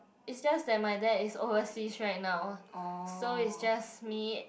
is just that my dad is overseas right now so it's just me